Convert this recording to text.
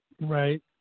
Right